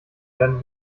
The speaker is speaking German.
werden